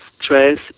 stress